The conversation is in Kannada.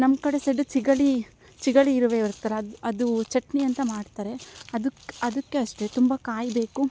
ನಮ್ಮಕಡೆ ಸೈಡ್ ಚಿಗಳಿ ಚಿಗಳಿ ಇರುವೆ ಇರ್ತಲ್ಲ ಅದು ಅದು ಚಟ್ನಿ ಅಂತ ಮಾಡ್ತಾರೆ ಅದಕ್ಕೆ ಅದಕ್ಕೆ ಅಷ್ಟೇ ತುಂಬ ಕಾಯಿ ಬೇಕು